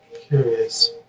Curious